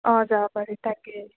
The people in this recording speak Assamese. অঁ যাব পাৰি তাকে